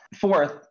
Fourth